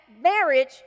marriage